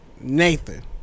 nathan